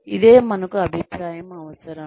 ఇదే మనకు అభిప్రాయం అవసరం